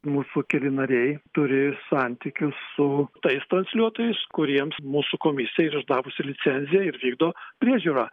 mūsų keli nariai turi santykius su tais transliuotojas kuriems mūsų komisija yra išdavusi licenziją ir vykdo priežiūrą